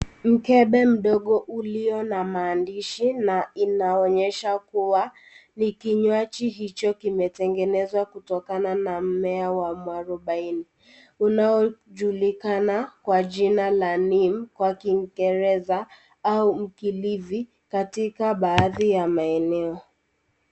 Mkebe mdogo ulio na maandishi na inaonyesha kuwa ni kinywanji hicho ambao imetengenezwa na mmea wa mwarubaini unaojulikana kwa kwa jina la 'Neem' kwa kiingereza au mkilifi katika baadhi ya maeneo.